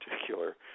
particular